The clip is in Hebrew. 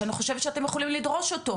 שאני חושבת שאתם יכולים לדרוש אותו,